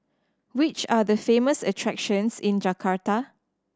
which are the famous attractions in Jakarta